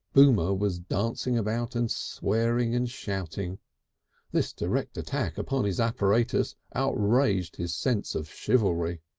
boomer was dancing about and swearing and shouting this direct attack upon his apparatus outraged his sense of chivalry.